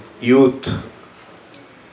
youth